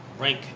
rank